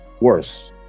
worse